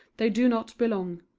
they do not belong.